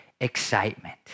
excitement